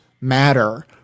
matter